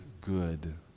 good